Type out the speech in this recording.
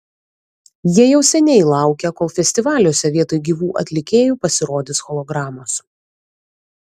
jie jau seniai laukia kol festivaliuose vietoj gyvų atlikėjų pasirodys hologramos